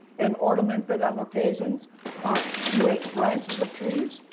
and ornamented on occasions ah with branches of trees,